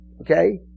Okay